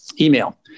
Email